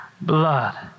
blood